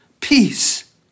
peace